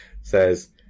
says